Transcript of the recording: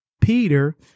Peter